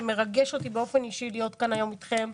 זה מרגש אותי באופן אישי להיות כאן היום אתכם.